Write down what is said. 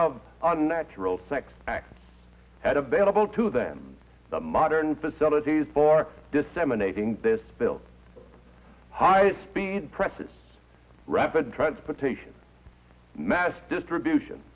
of unnatural sex acts had available to them the modern facilities for disseminating this build high speed presses rapid transportation mass distribution